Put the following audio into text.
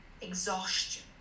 exhaustion